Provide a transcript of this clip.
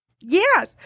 Yes